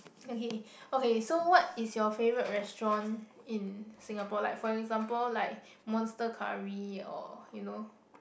okay okay so what is your favorite restaurant in Singapore like for example like monster-curry or you know